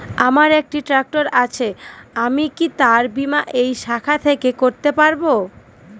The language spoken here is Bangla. আমার একটি ট্র্যাক্টর আছে আমি কি তার বীমা এই শাখা থেকে করতে পারব?